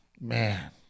man